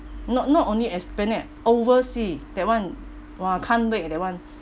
not not only esplanade oversea that one !wah! can't wait ah that one